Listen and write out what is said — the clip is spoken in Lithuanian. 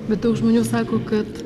bet daug žmonių sako kad